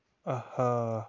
اَہا